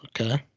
okay